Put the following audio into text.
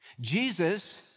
Jesus